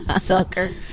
sucker